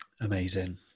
amazing